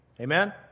Amen